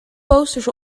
posters